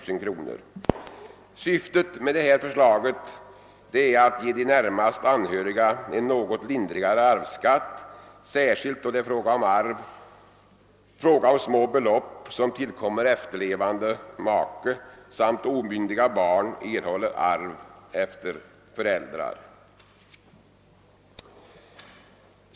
Syftet med förslaget är att ge de närmaste anhöriga en något lindrigare arvsskatt, särskilt då det är fråga om små belopp som tillkommer efterlevande make samt då omyndiga barn erhåller arv efter föräldrar.